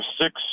six